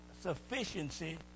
sufficiency